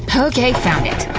ah okay, found it!